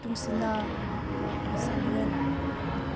ꯇꯨꯡꯁꯤꯅ ꯁꯪꯔꯦꯟ